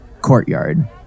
courtyard